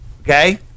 Okay